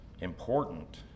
important